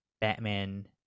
Batman